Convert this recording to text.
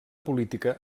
política